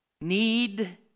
need